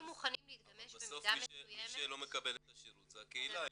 אבל בסוף מי שלא מקבל את השירות זו הקהילה,